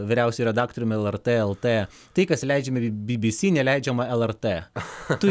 vyriausiu redaktoriumi lrtlt tai kas leidžiama bbc neleidžiama lrt